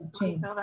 Change